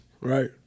Right